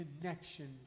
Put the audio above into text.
connection